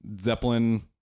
Zeppelin